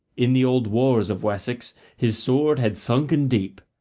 in the old wars of wessex his sword had sunken deep,